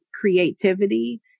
creativity